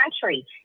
country